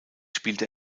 spielte